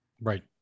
Right